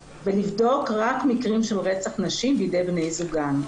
ולבדוק רק מקרים של רצח נשים בידי בני זוגן.